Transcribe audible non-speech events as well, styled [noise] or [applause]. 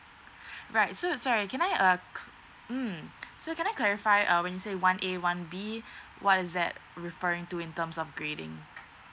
[breath] right so sorry can I uh mm so can I clarify uh when you say one A one B what is that referring to in terms of grading